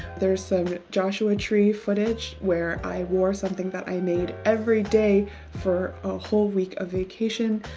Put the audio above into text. there's some joshua tree footage where i wore something that i made every day for a whole week of vacation,